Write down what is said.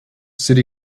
city